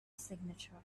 signature